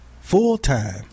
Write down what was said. Full-time